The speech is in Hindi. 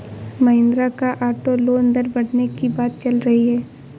महिंद्रा का ऑटो लोन दर बढ़ने की बात चल रही है